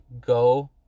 go